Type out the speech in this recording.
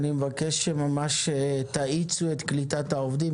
אני מבקש שממש תאיצו את קליטת העובדים